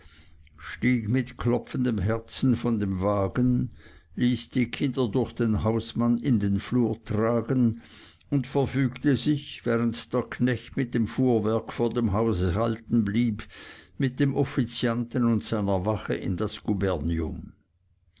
stieg mit klopfendem herzen von dem wagen ließ die kinder durch den hausmann in den flur tragen und verfügte sich während der knecht mit dem fuhrwerk vor dem hause halten blieb mit dem offizianten und seiner wache in das